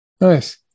Nice